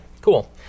cool